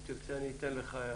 איתי, אם תרצה, אני אתן לך.